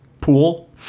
pool